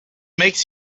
makes